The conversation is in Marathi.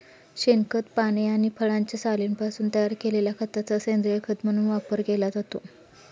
शेणखत, पाने आणि फळांच्या सालींपासून तयार केलेल्या खताचा सेंद्रीय खत म्हणून वापर केला जातो